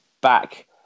back